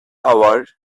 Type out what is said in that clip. house